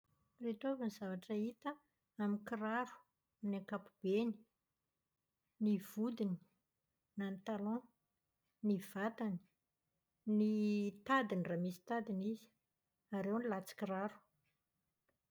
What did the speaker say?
Ireto avy ireo zavatra hita amin'ny kiraro amin'ny ankapobeny. Ny vodiny, na ny talon. Ny vatany, ny tadiny raha misy tadiny izy, ary ny latsin-kiraro.